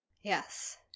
Yes